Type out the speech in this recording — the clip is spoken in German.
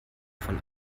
von